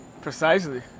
precisely